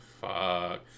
Fuck